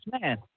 man